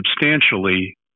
substantially